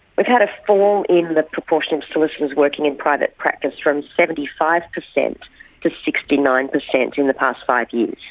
we've had a fall in the proportion of solicitors working in private practice, from seventy five percent to sixty nine percent in the past five years.